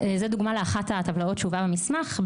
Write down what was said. זו דוגמה לאחת הטבלאות שהובאה במסמך.